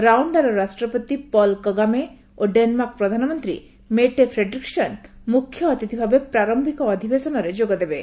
ରାଓଣ୍ଡାର ରାଷ୍ଟ୍ରପତି Paul Kagame ଓ Denmark ପ୍ରଧାନମନ୍ତ୍ରୀ ମେଟେ ଫେଡ୍ରିକସେନ୍ ମୁଖ୍ୟ ଅତିଥିଭାବେ ପ୍ରାରୟିକ ଅଧିବେଶନରେ ଯୋଗଦେବେ